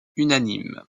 unanime